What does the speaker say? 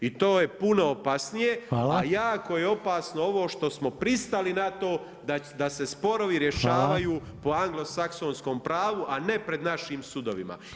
I to je puno opasnije [[Upadica Reiner: Hvala.]] A jako je opasno ovo što smo pristali na to da se sporovi rješavaju po anglosaksonskom pravu, a ne pred našim sudovima.